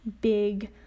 big